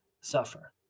suffer